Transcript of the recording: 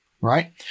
right